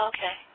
Okay